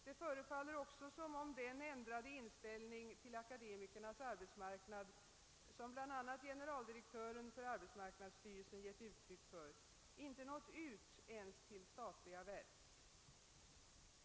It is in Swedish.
Det förefaller också som om den ändrade inställning till akademikernas ar betsmarknad, som bl.a. generaldirektören för AMS gett uttryck för, inte nått ut ens till statliga verk.